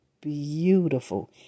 beautiful